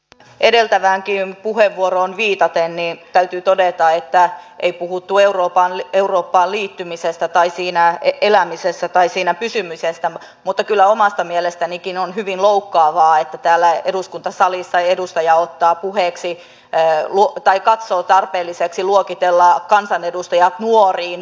tähän edeltäväänkin puheenvuoroon viitaten täytyy todeta että ei puhuttu eurooppaan liittymisestä tai siinä elämisestä tai siinä pysymisestä mutta kyllä omasta mielestänikin on hyvin loukkaavaa että täällä eduskuntasalissa edustaja ottaa puheeksi pään luo tai katsoo tarpeelliseksi luokitella kansanedustajia